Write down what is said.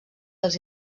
els